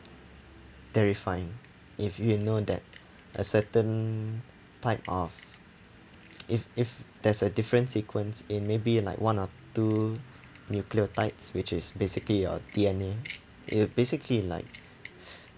terrifying if you know that a certain type of if if there's a different sequence in maybe like one or two nucleotides which is basically your D_N_A it would basically like